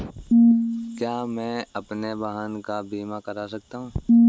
क्या मैं अपने वाहन का बीमा कर सकता हूँ?